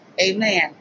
Amen